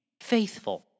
faithful